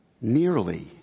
nearly